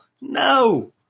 No